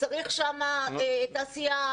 צריך תעשייה,